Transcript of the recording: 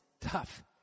tough